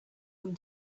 them